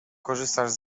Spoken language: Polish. skorzystasz